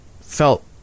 felt